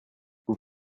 vous